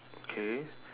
okay